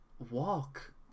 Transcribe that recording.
Walk